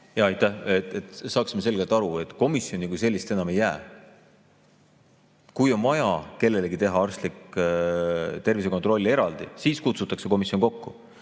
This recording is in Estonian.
Aitäh! Et saaksime selgelt aru: komisjoni kui sellist enam ei jää. Kui on vaja kellelegi teha eraldi arstlik tervisekontroll, siis kutsutakse komisjon kokku.